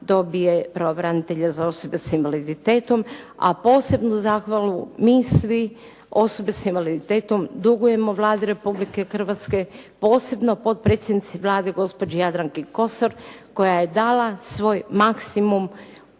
dobije pravobranitelja za osobe s invaliditetom, a posebnu zahvalu mi svi osobe s invaliditetom dugujemo Vladi Republike Hrvatske, posebno potpredsjednici Vlade, gospođi Jadranki Kosor koja je dala svoj maksimum